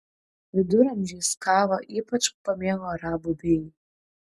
viduramžiais kavą ypač pamėgo arabų bėjai